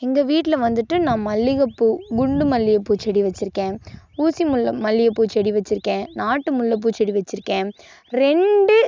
எங்கள் வீட்டில் வந்துட்டு நான் மல்லிகைப்பூ குண்டு மல்லிகப்பூச்செடி வெச்சுருக்கேன் ஊசி முல்லை மல்லிகைப்பூச்செடி வெச்சுருக்கேன் நாட்டு முல்லை பூச்செடி வெச்சுருக்கேன் ரெண்டு